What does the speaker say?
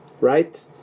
right